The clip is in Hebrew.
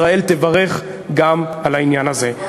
ישראל תברך גם על העניין הזה.